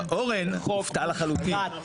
פונו הופתע לחלוטין.